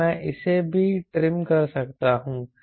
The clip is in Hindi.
अब मैं इसे भी ट्रिम कर सकता हूं